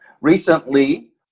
Recently